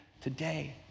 today